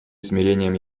смирением